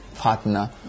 partner